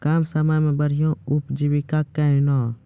कम समय मे बढ़िया उपजीविका कहना?